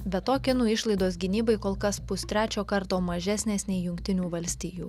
be to kinų išlaidos gynybai kol kas pustrečio karto mažesnės nei jungtinių valstijų